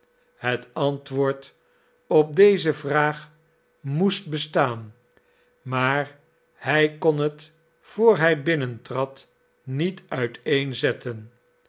het antwoord op deze vraag moest bestaan maar hij kon het voor hij binnentrad niet